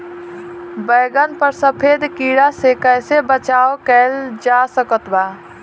बैगन पर सफेद कीड़ा से कैसे बचाव कैल जा सकत बा?